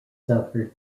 suffered